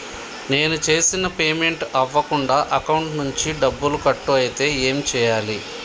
నేను చేసిన పేమెంట్ అవ్వకుండా అకౌంట్ నుంచి డబ్బులు కట్ అయితే ఏం చేయాలి?